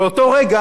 באותו רגע